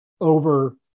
over